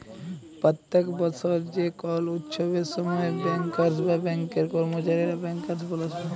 প্যত্তেক বসর যে কল উচ্ছবের সময় ব্যাংকার্স বা ব্যাংকের কম্মচারীরা ব্যাংকার্স বলাস পায়